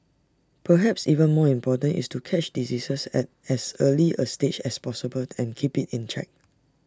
perhaps even more important is to catch diseases at as early A stage as possible and keep IT in check